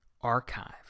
archive